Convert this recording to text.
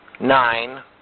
Nine